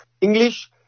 English